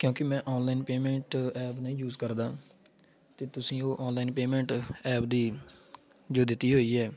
ਕਿਉਂਕਿ ਮੈਂ online payment app ਨਹੀਂ ਯੂਜ ਕਰਦਾ ਅਤੇ ਤੁਸੀਂ ਉਹ ਔਨਲਾਈਨ ਪੇਮੈਂਟ ਐਪ ਦੀ ਜੋ ਦਿੱਤੀ ਹੋਈ ਹੈ